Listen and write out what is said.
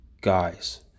guys